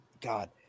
God –